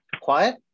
Quiet